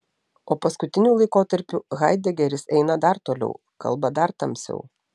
o paskutiniu laikotarpiu haidegeris eina dar toliau kalba dar tamsiau